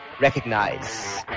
Recognize